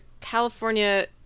California